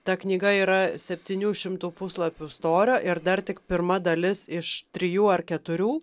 ta knyga yra septynių šimtų puslapių storio ir dar tik pirma dalis iš trijų ar keturių